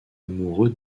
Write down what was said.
amoureux